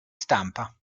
stampa